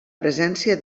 presència